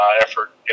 effort